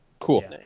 Cool